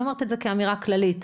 אני אומרת את זה כאמירה כללית.